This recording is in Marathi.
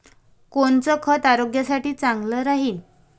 कोनचं खत आरोग्यासाठी चांगलं राहीन?